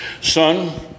Son